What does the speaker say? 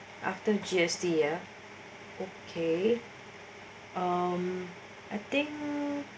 after G_S_T year okay um ah thing